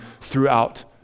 throughout